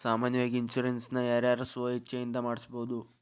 ಸಾಮಾನ್ಯಾವಾಗಿ ಇನ್ಸುರೆನ್ಸ್ ನ ಯಾರ್ ಯಾರ್ ಸ್ವ ಇಛ್ಛೆಇಂದಾ ಮಾಡ್ಸಬೊದು?